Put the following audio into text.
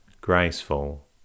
graceful